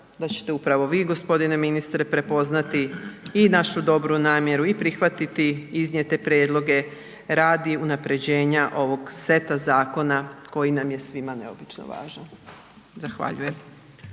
da ćete upravo vi gospodine ministre prepoznati i našu dobru namjeru i prihvatiti iznijete prijedloge radi unapređenja ovog seta zakona koji nam je svima neobično važan. Zahvaljujem.